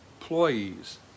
employees